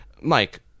Mike